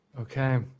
Okay